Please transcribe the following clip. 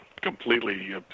completely